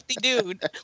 dude